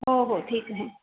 हो हो ठीक आहे